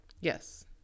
Yes